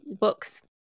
books